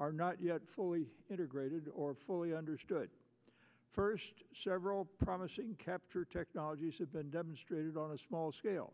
are not yet fully integrated or fully understood the first several promising capture technologies have been demonstrated on a small scale